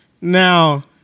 now